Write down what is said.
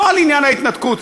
לא על עניין ההתנתקות,